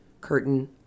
curtain